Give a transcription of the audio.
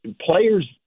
Players